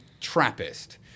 Trappist